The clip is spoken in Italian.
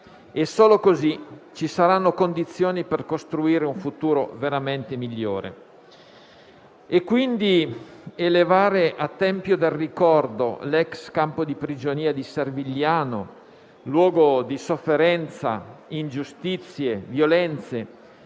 Solo così si creeranno le condizioni per costruire un futuro veramente migliore. Quindi, elevare a tempio del ricordo l'*ex* campo di prigionia di Servigliano, luogo di sofferenza, ingiustizie e violenze,